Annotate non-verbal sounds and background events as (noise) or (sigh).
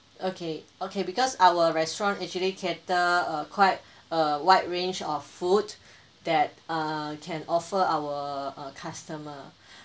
okay okay because our restaurant actually cater a quite a wide range of food that err can offer our uh customer (breath)